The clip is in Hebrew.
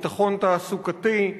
ביטחון תעסוקתי,